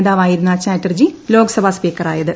നേതാവായിരുന്ന ചാറ്റർജി ലോക്സഭാ സ്പീക്കറായത്